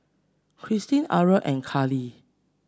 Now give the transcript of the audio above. Christa Aura and Carlie